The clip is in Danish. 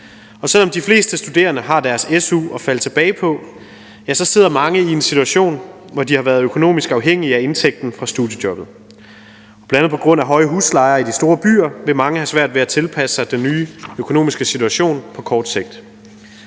Selv om de fleste studerende har deres su at falde tilbage på, sidder mange i en situation, hvor de har været økonomisk afhængige af indtægten fra studiejobbet, og bl.a. på grund af høje huslejer i de store byer vil mange have svært ved at tilpasse sig den nye økonomiske situation på kort sigt.